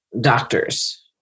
doctors